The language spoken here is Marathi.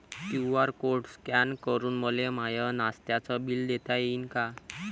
क्यू.आर कोड स्कॅन करून मले माय नास्त्याच बिल देता येईन का?